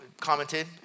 commented